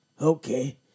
Okay